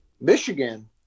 Michigan